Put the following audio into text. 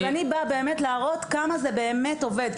אני באה להראות כמה זה באמת עובד.